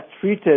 treated